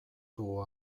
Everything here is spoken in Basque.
dugu